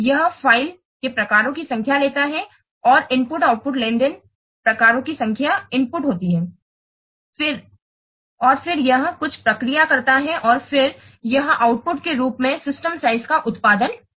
यह फ़ाइल प्रकारों की संख्या लेता है और इनपुट और आउटपुट लेनदेन प्रकारों की संख्या इनपुट होती है और फिर यह कुछ प्रक्रिया करता है और फिर यह आउटपुट के रूप में सिस्टम साइज का उत्पादन करेगा